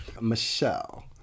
Michelle